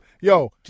Yo